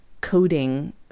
coding